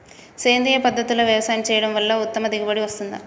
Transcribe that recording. సేంద్రీయ పద్ధతుల్లో వ్యవసాయం చేయడం వల్ల ఉత్తమ దిగుబడి వస్తుందా?